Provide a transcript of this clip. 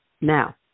Now